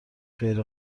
غیر